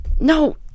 No